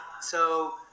so-